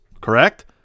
Correct